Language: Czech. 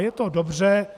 Je to dobře.